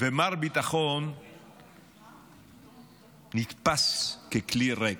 מר ביטחון נתפס ככלי ריק.